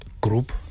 group